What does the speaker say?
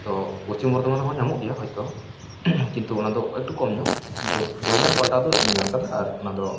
ᱛᱚ ᱯᱚᱥᱪᱤᱢ ᱵᱚᱨᱫᱷᱚᱢᱟᱱ ᱨᱮᱦᱚᱸ ᱧᱟᱢᱚᱜ ᱜᱮᱭᱟ ᱛᱚ ᱠᱤᱱᱛᱩ ᱚᱱᱟᱫᱚ ᱠᱟᱹᱴᱤᱡ ᱠᱚᱢ ᱧᱚᱜ ᱳᱭᱮᱫᱟᱨ ᱯᱟᱞᱴᱟᱣ ᱫᱚ ᱤᱧᱤᱧ ᱧᱮᱞ ᱠᱟᱫᱟ ᱚᱱᱟᱫᱚ